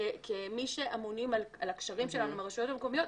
כמי שאמונים על הקשרים שלנו עם הרשויות המקומיות,